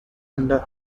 under